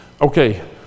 Okay